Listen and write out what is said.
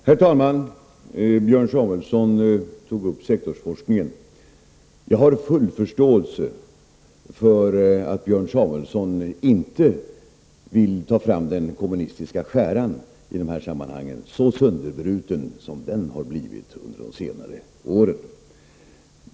Herr talman! Björn Samuelson tog upp sektorsforskningen. Jag har full förståelse för att Björn Samuelson inte vill ta fram den kommunistiska skäran i detta sammanhang, så sönderbruten som den har blivit under de senare åren.